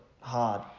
hard